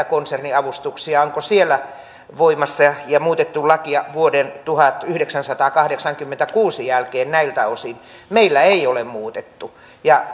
konserniavustuksia onko niissä voimassa ja ja muutettu lakia vuoden tuhatyhdeksänsataakahdeksankymmentäkuusi jälkeen näiltä osin meillä ei ole muutettu